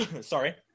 sorry